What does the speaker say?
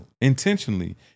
intentionally